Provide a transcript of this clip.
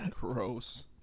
Gross